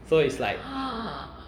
so it's like